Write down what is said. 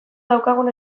daukagun